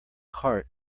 cart